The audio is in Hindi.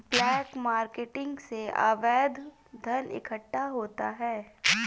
ब्लैक मार्केटिंग से अवैध धन इकट्ठा होता है